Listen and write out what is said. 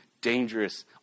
dangerous